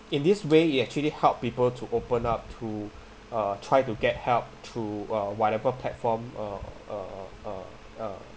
in this way it actually help people to open up to uh try to get help through uh whatever platform uh uh uh uh